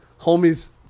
Homie's